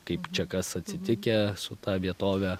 kaip čia kas atsitikę su ta vietove